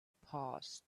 past